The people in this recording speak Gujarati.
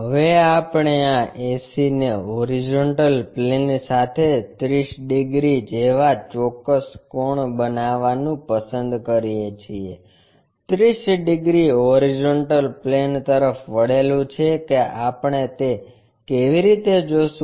હવે આપણે આ ac ને હોરિઝોન્ટલ પ્લેન સાથે 30 ડિગ્રી જેવા ચોક્કસ કોણ બનાવવાનું પસંદ કરીએ છીએ 30 ડિગ્રી હોરિઝોન્ટલ પ્લેન તરફ વળેલું છે કે આપણે તે કેવી રીતે જોશું